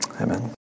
amen